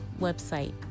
website